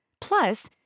Plus